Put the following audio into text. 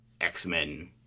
X-Men